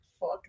fuck